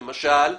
למשל,